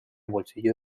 bolsillo